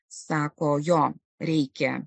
sako jo reikia